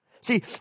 see